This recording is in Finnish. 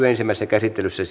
ensimmäisessä käsittelyssä